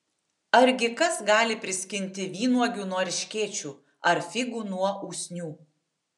argi kas gali priskinti vynuogių nuo erškėčių ar figų nuo usnių